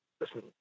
listen